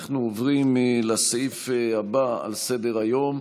אנחנו עוברים לסעיף הבא על סדר-היום: